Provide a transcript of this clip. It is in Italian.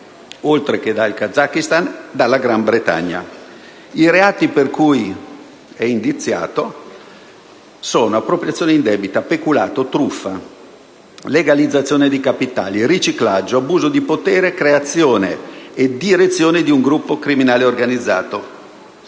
oltre che dal Kazakistan, dalla Gran Bretagna. I reati per cui è indiziato sono appropriazione indebita, peculato, truffa, legalizzazione di capitali, riciclaggio, abuso di potere, creazione e direzione di un gruppo criminale organizzato,